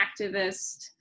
activist